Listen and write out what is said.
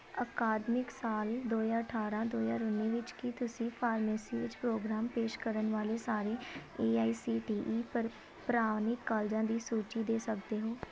ਅਕਾਦਮਿਕ ਸਾਲ ਦੋ ਹਜ਼ਾਰ ਅਠਾਰਾਂ ਦੋ ਹਜ਼ਾਰ ਉੱਨੀ ਵਿੱਚ ਕੀ ਤੁਸੀਂ ਫਾਰਮੇਸੀ ਵਿੱਚ ਪ੍ਰੋਗਰਾਮ ਪੇਸ਼ ਕਰਨ ਵਾਲੇ ਸਾਰੇ A I C T E ਪ੍ਰ ਪ੍ਰਵਾਨਿਤ ਕਾਲਜਾਂ ਦੀ ਸੂਚੀ ਦੇ ਸਕਦੇ ਹੋ